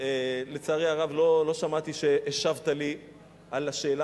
לצערי הרב לא שמעתי שהשבת לי על השאלה